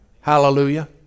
Hallelujah